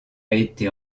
été